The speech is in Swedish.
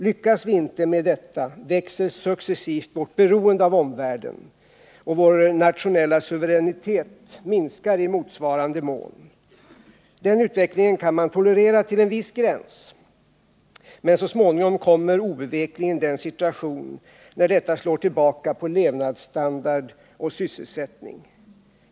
Lyckas vi inte med detta växer successivt vårt beroende av omvärlden och vår nationella suveränitet minskar i motsvarande mån. Den utvecklingen kan man tolerera till en viss gräns, men så småningom kommer obevekligen den situationen när detta slår tillbaka på levnadsstandard och sysselsättning.